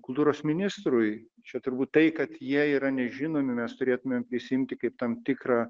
kultūros ministrui čia turbūt tai kad jie yra nežinomi mes turėtumėm prisiimti kaip tam tikrą